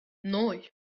ноль